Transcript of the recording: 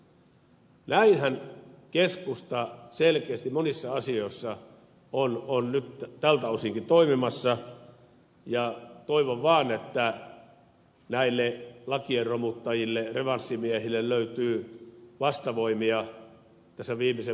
näinhän keskusta selkeästi monissa asioissa on nyt tältä osinkin toimimassa ja toivon vaan että näille lakien romuttajille revanssimiehille löytyy vastavoimia tässä viimeisen vuoden aikana